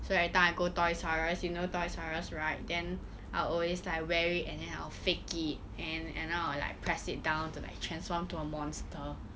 so every time I go Toys R Us you know Toys R Us right then I'd always like wear it and then I would fake it and and then I would like press it down to like transform to a monster